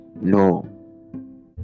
No